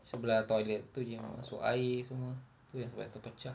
sebelah toilet itu yang masuk air semua itu yang sampai terpecah